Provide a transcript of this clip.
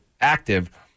active